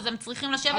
הם צריכים לשבת ולדון.